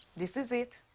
this is it.